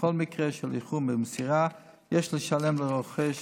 בכל מקרה של איחור במסירה, יש לשלם לרוכש